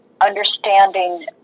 understanding